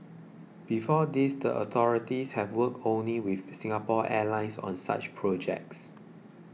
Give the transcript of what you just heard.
before this the authorities have worked only with Singapore Airlines on such projects